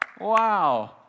Wow